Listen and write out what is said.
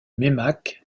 meymac